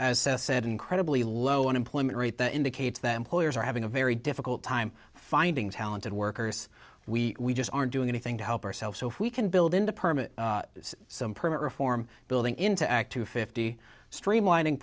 with said incredibly low unemployment rate that indicates that employers are having a very difficult time finding talented workers we just aren't doing anything to help ourselves so if we can build in the permit some permit reform building into act two fifty streamlining